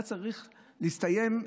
היה צריך להסתיים,